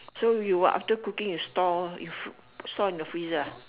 so you what after cooking you store you store in the freezer ah